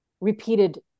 repeated